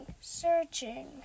searching